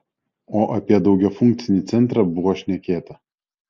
o apie daugiafunkcį centrą buvo šnekėta